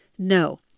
No